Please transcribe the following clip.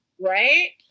Right